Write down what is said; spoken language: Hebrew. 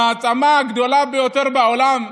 המעצמה הגדולה ביותר בעולם,